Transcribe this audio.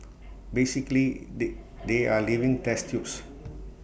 basically they they are living test tubes